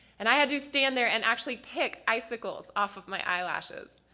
and i had to stand there and actually pick icicles off my eyelashes.